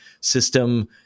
system